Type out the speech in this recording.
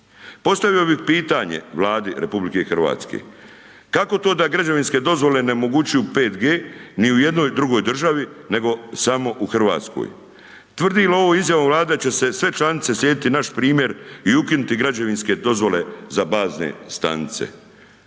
Postavio bih pitanje Vladi RH. Kako to da građevinske dozvole ne omogućuju 5G ni u jednoj drugoj državi nego samo u Hrvatskoj? Tvrdi li ovo izjavom Vlade da će se sve članice slijediti naš primjer i ukinuti građevinske dozvole za bazne stanice?